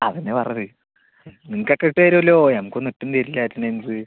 അതുതന്നെയാണ് പറഞ്ഞത് നിങ്ങൾക്കൊക്കെ ഇട്ടുതരുമല്ലോ ഞങ്ങൾക്കൊന്നും ഇട്ടും തരില്ല അറ്റൻഡൻസ്